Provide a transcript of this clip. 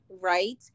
right